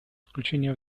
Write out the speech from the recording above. включение